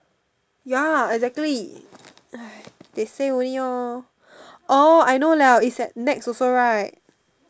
ya exactly they say only lor I know liao it's at Nex also right